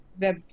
web